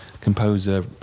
composer